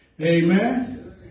Amen